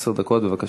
עשר דקות, בבקשה.